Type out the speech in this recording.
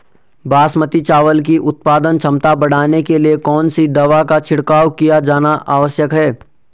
बासमती चावल की उत्पादन क्षमता बढ़ाने के लिए कौन सी दवा का छिड़काव किया जाना आवश्यक है?